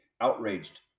outraged